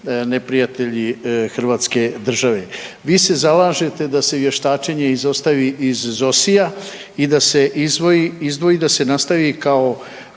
neprijatelji hrvatske države. Vi se zalažete da se vještačenje izostavi iz ZOSI-ja i da se izdvoji, da se nastavi kao